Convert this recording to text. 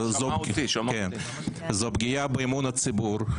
זו פגיעה באמון הציבור.